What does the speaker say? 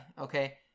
Okay